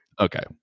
Okay